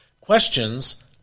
Questions